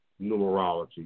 numerology